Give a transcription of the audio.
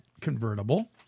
convertible